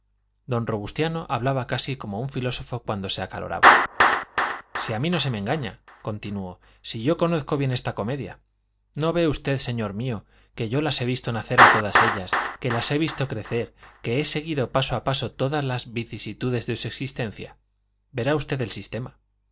don robustiano hablaba casi como un filósofo cuando se acaloraba si a mí no se me engaña continuó si yo conozco bien esta comedia no ve usted señor mío que yo las he visto nacer a todas ellas que las he visto crecer que he seguido paso a paso todas las vicisitudes de su existencia verá usted el sistema